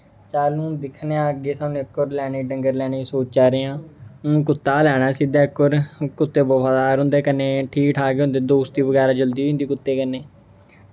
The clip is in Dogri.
चल अग्गें हून दिक्खने आं अग्गें हून सानूं इक होर लैने डंगर लैने दी सोचा दे आं इ'यां कुत्ता गै लैना ऐ सिद्धा इक होर कुत्ता वफादार होंदा कन्नै ठीक ठाक होंदा दोस्ती बगैरा जल्दी होई जंदी कुत्ते कन्नै